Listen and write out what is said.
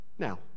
Now